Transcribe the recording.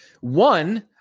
One